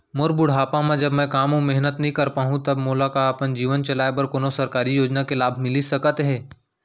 मोर बुढ़ापा मा जब मैं काम अऊ मेहनत नई कर पाहू तब का मोला अपन जीवन चलाए बर कोनो सरकारी योजना के लाभ मिलिस सकत हे?